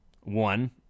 One